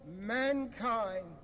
mankind